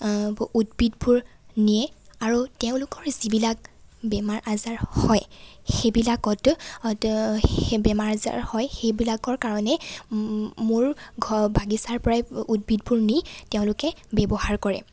উদ্ভিদবোৰ নিয়ে আৰু তেওঁলোকৰ যিবিলাক বেমাৰ আজাৰ হয় সেইবিলাকত সেই বেমাৰ আজাৰ হয় সেইবিলাকৰ কাৰণে মোৰ ঘ বাগিচাৰ পৰাই উদ্ভিদবোৰ নি তেওঁলোকে ব্যৱহাৰ কৰে